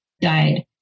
died